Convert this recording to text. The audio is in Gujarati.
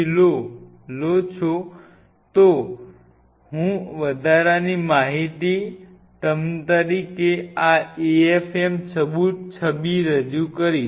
લો છો હું વધારાની માહિતી તરીકે આ AFM છબી રજૂ કરીશ